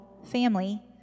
family